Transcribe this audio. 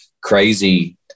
crazy